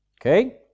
okay